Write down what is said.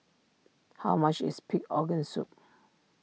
how much is Pig Organ Soup